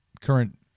current